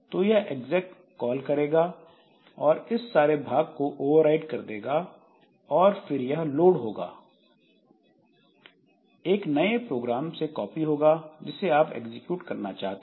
तो यह exec call करेगा और इस सारे भाग को ओवरराइट कर देगा और फिर यह लोड होगा एक नए प्रोग्राम से कॉपी होगा जिसे आप एग्जीक्यूट करना चाहते हैं